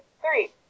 three